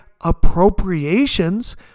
appropriations